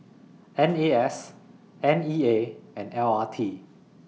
N A S N E A and L R T